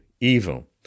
evil